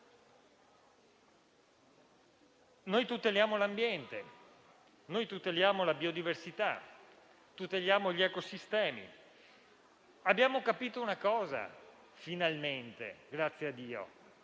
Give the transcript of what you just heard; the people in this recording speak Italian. Noi tuteliamo l'ambiente, la biodiversità e gli ecosistemi. Abbiamo capito una cosa, finalmente, grazie a Dio: